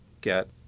get